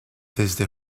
desde